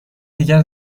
دیگر